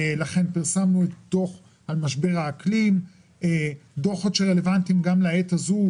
פרסמנו דוח על משבר האקלים ודוחות שרלוונטיים לעת הזאת,